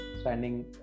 standing